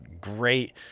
great